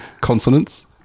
consonants